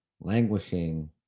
languishing